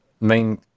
main